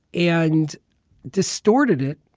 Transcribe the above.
and distorted it